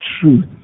truth